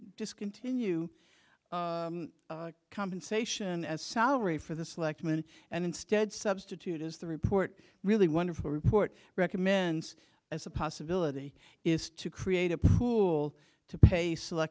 discontinue compensation as salary for the selectmen and instead substitute as the report really wonderful report recommends as a possibility is to create a pool to pay select